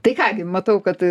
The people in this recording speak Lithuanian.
tai ką gi matau kad